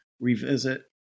revisit